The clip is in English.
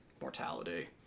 mortality